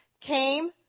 came